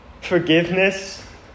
Forgiveness